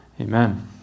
Amen